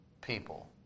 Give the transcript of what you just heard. people